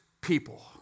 people